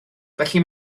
felly